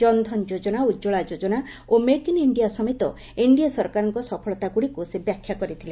ଜନଧନ ଯୋଜନା ଉଜ୍ଜଳା ଯୋଜନା ଓ make in India ସମେତ NDA ସରକାରଙ୍କ ସଫଳତାଗୁଡ଼ିକୁ ସେ ବ୍ୟାଖ୍ୟା କରିଥିଲେ